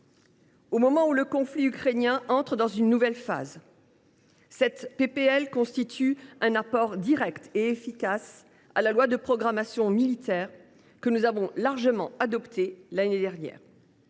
Au moment où le conflit ukrainien entre dans une nouvelle phase, cette proposition de loi constitue un apport direct et efficace à la loi de programmation militaire, que nous avons largement adoptée l’année dernière.